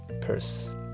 purse